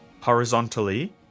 horizontally